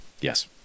yes